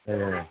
ꯑꯦ ꯑꯦ